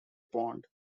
pond